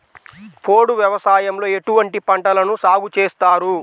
పోడు వ్యవసాయంలో ఎటువంటి పంటలను సాగుచేస్తారు?